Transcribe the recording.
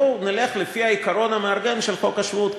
בואו נלך לפי העיקרון המארגן של חוק השבות,